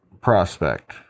prospect